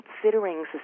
considering